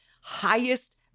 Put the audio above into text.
highest